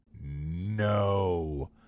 No